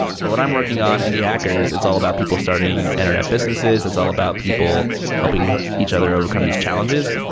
for what i'm working on indie hackers, it's all about people starting internet businesses. it's all about people helping ah each other overcome these challenges.